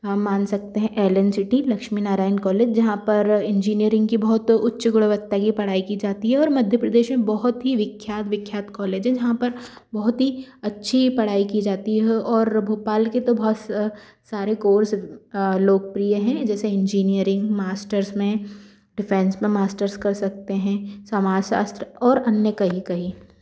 हम मान सकते है L N C T Lakshmi Narayan college जहाँ पर इंजीनियरिंग की बहुत उच्च गुणवत्ता की पढ़ाई की जाती है और मध्य प्रदेश में बहुत ही विख्यात विख्यात कॉलेज है जहाँ पर बहुत ही अच्छी पढ़ाई की जाती है और भोपाल के तो बहुत सारे कोर्स लोकप्रिय है जैसे इंजीनियरिंग मास्टर्स में डिफेन्स में मास्टर्स कर सकते हैं समाजशास्त्र और अन्य कई कई